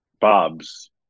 Bob's